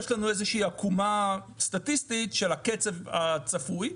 יש לנו איזושהי עקומה סטטיסטית של הקצב הצפוי.